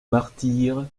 martyre